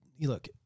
look